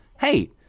Hey